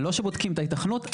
לא שבודקים את ההיתכנות.